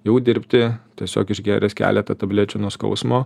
jau dirbti tiesiog išgėręs keletą tablečių nuo skausmo